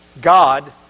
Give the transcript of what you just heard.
God